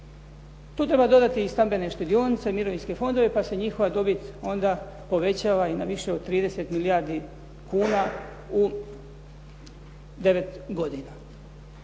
Tu treba dodati i stambene štedionice i mirovinske fondove pa se njihova dobit onda povećava i na više od 30 milijardi kuna u 9 godina.